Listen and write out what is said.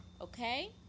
okay